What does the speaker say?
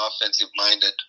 offensive-minded